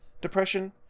depression